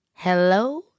hello